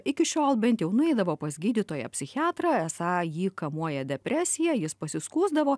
iki šiol bent jau nueidavo pas gydytoją psichiatrą esą jį kamuoja depresija jis pasiskųsdavo